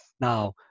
now